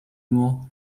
more